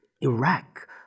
Iraq